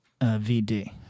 VD